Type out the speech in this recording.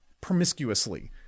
promiscuously